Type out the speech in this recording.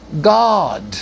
God